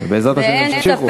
ובעזרת השם ימשיכו.